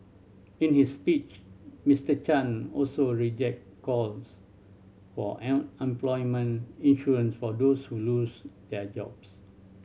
in his speech Mister Chan also rejected calls for an unemployment insurance for those who lose their jobs